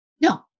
No